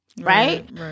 Right